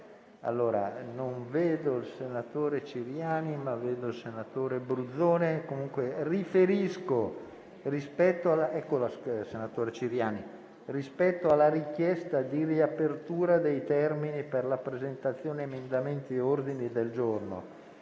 nuova finestra"). Senatore Ciriani e senatore Bruzzone, riferisco rispetto alla richiesta di riapertura dei termini per la presentazione di emendamenti e ordini del giorno.